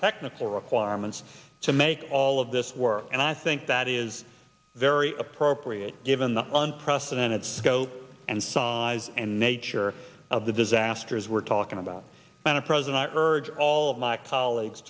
technical requirements to make all of this work and i think that is very appropriate given the unprecedented scope and size and nature of the disasters we're talking about when a president urges all of my colleagues